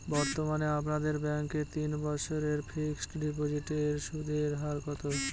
বর্তমানে আপনাদের ব্যাঙ্কে তিন বছরের ফিক্সট ডিপোজিটের সুদের হার কত?